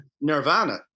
nirvana